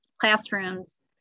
classrooms